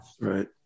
right